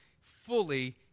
fully